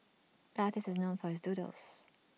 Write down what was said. the artist is known for his doodles